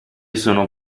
sono